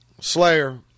Slayer